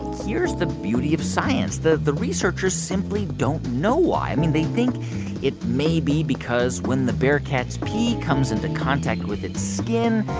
here's the beauty of science the the researchers simply don't know why. i mean, they think it may be because when the bearcat's pee comes into contact with its skin,